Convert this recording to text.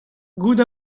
gouzout